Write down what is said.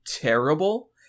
terrible